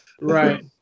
right